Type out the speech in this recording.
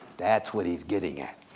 that's what he's getting at.